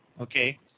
Okay